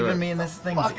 me in this thing's